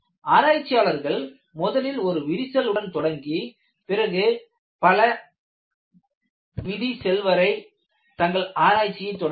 ஆராய்ச்சியாளர்கள் முதலில் ஒரு விரிசல் உடன் தொடங்கி பிறகு பல விதி செல்வரை தங்கள் ஆராய்ச்சியை தொடர்ந்தனர்